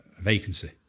vacancy